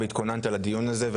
והתכוננת לדיון הזה,